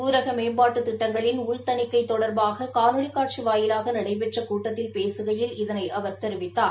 ஊரக மேம்பாட்டு திட்டங்களின் உள்தணிக்கை தொடர்பாக காணொலி காட்சி வாயிலாக நடைபெற்ற கூட்டத்தில் பேசுகையில் இதனை அவர் தெரிவித்தார்